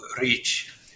reach